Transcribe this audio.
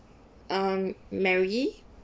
um mary